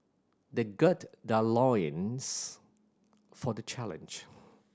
they gird their loins for the challenge